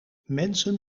mensen